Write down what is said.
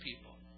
people